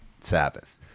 Sabbath